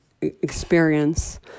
experience